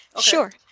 Sure